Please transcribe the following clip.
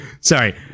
sorry